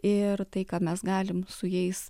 ir tai ką mes galim su jais